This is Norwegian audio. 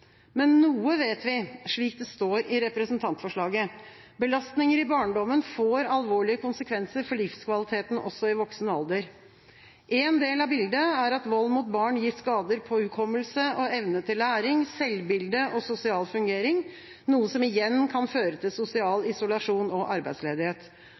Men noe vet vi, slik det står om i representantforslaget. Belastninger i barndommen får alvorlige konsekvenser for livskvaliteten også i voksen alder. Én del av bildet er at vold mot barn gir skader på hukommelse og evne til læring, selvbilde og sosial fungering, noe som igjen kan føre til sosial isolasjon og arbeidsledighet.